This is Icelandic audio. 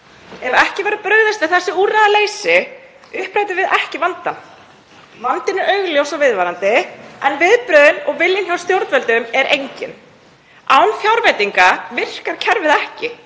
Ef ekki verður brugðist við þessu úrræðaleysi upprætum við ekki vandann. Vandinn er augljós og viðvarandi en viðbrögðin og viljinn hjá stjórnvöldum er enginn. Án fjárveitinga virkar kerfið ekki.